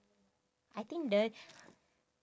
I think the